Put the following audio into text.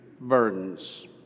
burdens